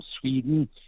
Sweden